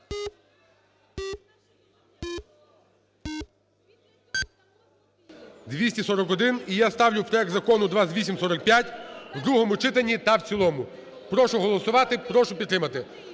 За-241 І я ставлю проект Закону 2845 в другому читанні та в цілому. Прошу голосувати, прошу підтримати.